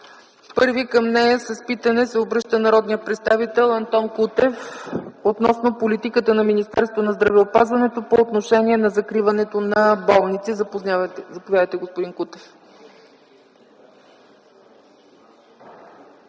Първи към нея с питане се обръща народният представител Антон Кутев, относно политиката на Министерството на здравеопазването по отношение на закриването на болници. Заповядайте, господин Кутев.